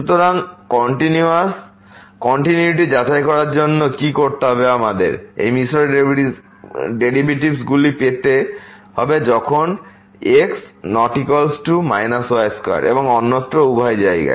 সুতরাং কন্টিনিউয়িটি যাচাই করার জন্য কী করতে হবে আমাদের এই মিশ্র ডেরিভেটিভগুলি পেতে হবে যখন x ≠ y2 এবং অন্যত্র উভয় জায়গায়